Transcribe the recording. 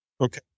Okay